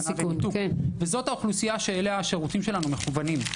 זו האוכלוסייה שהשירותים שלנו מכוונים.